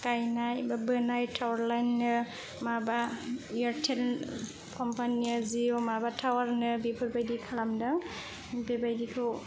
गायनाय माबानाय माबा टावार लाइन नो एयरटेल कम्पानि या जिअ माबा टावार नो बेफोरबादि खालामदों बेबायदिखौ